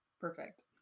Perfect